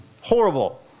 Horrible